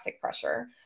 pressure